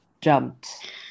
jumped